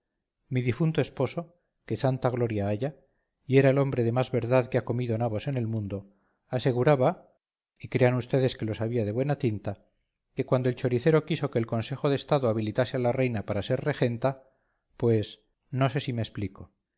mi difunto esposo que santa gloria haya y era el hombre de más verdad que ha comido nabos en el mundo aseguraba y crean vds que lo sabía de buena tinta que cuando el choricero quiso que el consejo de estado habilitase a la reina para ser regenta pues no sé si me explico